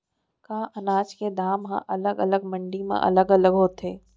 का अनाज के दाम हा अलग अलग मंडी म अलग अलग होथे?